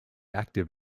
active